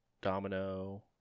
Domino